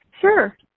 Sure